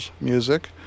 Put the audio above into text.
music